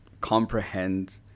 comprehend